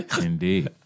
Indeed